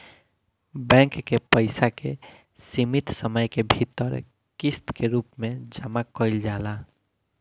bank के पइसा के सीमित समय के भीतर किस्त के रूप में जामा कईल जाला